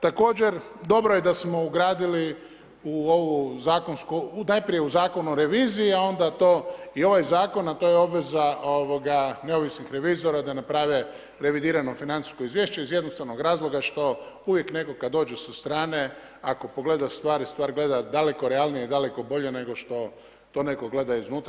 Također je dobro da smo ugradili u ovu zakonsku, najprije u Zakon o reviziji, a onda to i ovaj zakon a to je obveza neovisnih revizora da naprave revidirano financijsko izvješće iz jednostavnog razloga što uvijek netko kad dođe sa strane ako pogleda stvari, stvar gleda daleko realnije i daleko bolje nešto što to netko gleda iznutra.